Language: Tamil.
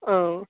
ஆ